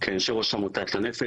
כיושב ראש עמותת לנפש,